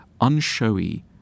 unshowy